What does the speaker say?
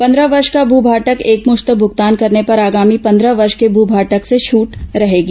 पंद्रह वर्ष का भ भाटक एकमश्त भुगतान करने पर आगामी पंद्रह वर्ष के भ भाटक से छट रहेगी